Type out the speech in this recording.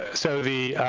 so the